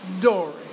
Dory